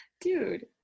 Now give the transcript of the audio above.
dude